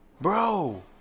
Bro